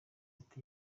ati